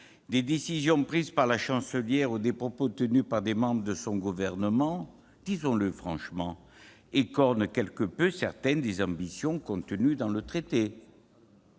des décisions prises par la Chancelière et des propos tenus par des membres de son gouvernement qui- disons-le franchement -écornent quelque peu certaines des ambitions contenues dans le traité.